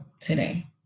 today